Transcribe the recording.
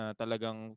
talagang